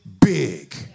big